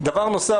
דבר נוסף,